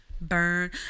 burn